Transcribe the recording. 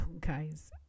guys